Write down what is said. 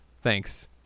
Thanks